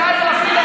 ויאיר לפיד,